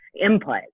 input